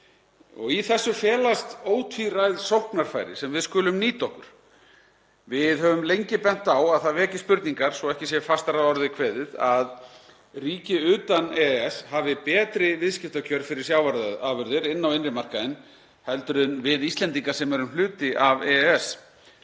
Í þessu felast ótvíræð sóknarfæri sem við skulum nýta okkur. Við höfum lengi bent á að það veki spurningar, svo ekki sé fastar að orði kveðið, að ríki utan EES hafi betri viðskiptakjör fyrir sjávarafurðir inn á innri markaðinn heldur en við Íslendingar sem erum hluti af EES.